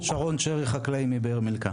שרון צ'רי, חקלאי מבאר מילכה.